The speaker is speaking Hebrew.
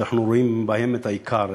שאנחנו רואים בהן את העיקר,